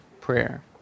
prayer